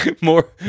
more